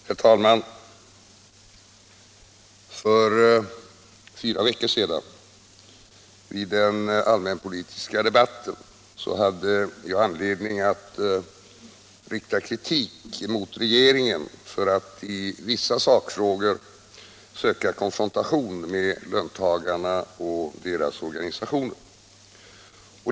Herr talman! För fyra veckor sedan, i den allmänpolitiska debatten, hade jag anledning att rikta kritik mot regeringen för att i vissa sakfrågor söka konfrontation med löntagarna och deras organisationer.